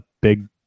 big